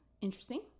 interesting